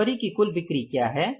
फरवरी की कुल बिक्री क्या है